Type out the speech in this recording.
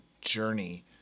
journey